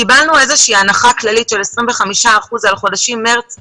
קיבלנו איזושהי הנחה כללית של 25 אחוזים על חודשים מארס,